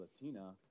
Latina